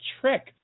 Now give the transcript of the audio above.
trick